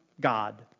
God